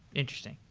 interesting.